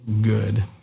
good